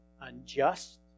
unjust